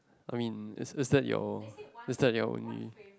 I mean is is that your is that your only